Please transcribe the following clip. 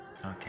Okay